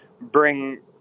bring –